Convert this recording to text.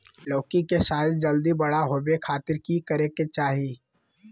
लौकी के साइज जल्दी बड़ा होबे खातिर की करे के चाही?